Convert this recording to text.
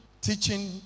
teaching